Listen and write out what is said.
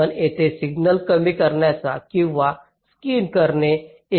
आपण येथे सिग्नल कमी करण्याचा किंवा स्निक करणे एक झिगझॅग कनेक्शन बनवा